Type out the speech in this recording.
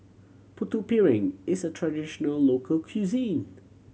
Putu Piring is a traditional local cuisine